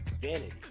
Vanity